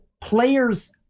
players